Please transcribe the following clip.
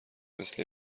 مثل